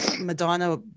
madonna